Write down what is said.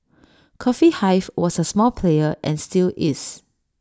coffee hive was A small player and still is